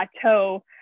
plateau